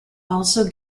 also